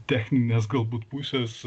techninės galbūt pusės